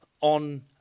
on